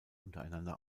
untereinander